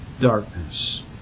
darkness